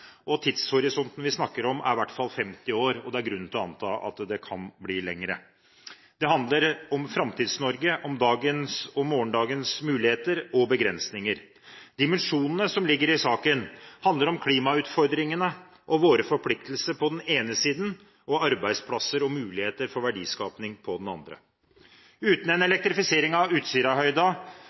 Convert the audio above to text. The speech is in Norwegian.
er i hvert fall 50 år, og det er grunn til å anta at den kan bli lengre. Det handler om Framtids-Norge, om dagens og morgendagens muligheter og begrensninger. Dimensjonene som ligger i saken, handler om klimautfordringene og våre forpliktelser på den ene siden og arbeidsplasser og muligheter for verdiskaping på den andre siden. Uten en elektrifisering av